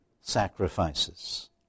sacrifices